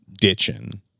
ditching